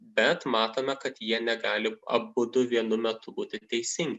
bet matome kad jie negali abudu vienu metu būti teisingi